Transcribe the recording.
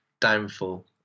downfall